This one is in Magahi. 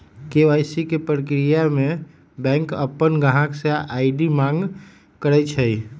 के.वाई.सी के परक्रिया में बैंक अपन गाहक से आई.डी मांग करई छई